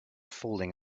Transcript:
falling